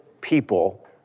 people